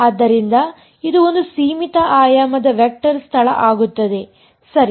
ಆದ್ದರಿಂದ ಇದು ಒಂದು ಸೀಮಿತ ಆಯಾಮದ ವೆಕ್ಟರ್ ಸ್ಥಳ ಆಗುತ್ತದೆ ಸರಿ